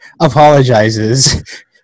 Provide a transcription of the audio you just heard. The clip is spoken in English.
apologizes